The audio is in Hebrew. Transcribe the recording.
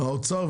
האוצר,